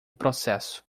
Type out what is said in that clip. processo